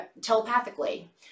telepathically